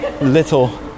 little